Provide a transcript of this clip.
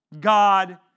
God